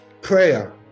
prayer